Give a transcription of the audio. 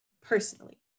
personally